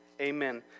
Amen